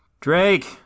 Drake